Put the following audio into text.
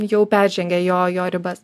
jau peržengė jo jo ribas